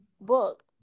book